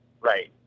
Right